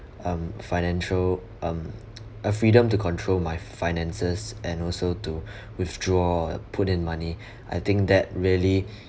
um financial um a freedom to control my finances and also to withdraw put in money I think that really